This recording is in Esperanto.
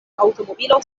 aŭtomobilo